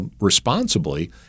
responsibly